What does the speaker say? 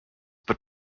but